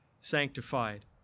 sanctified